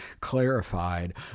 clarified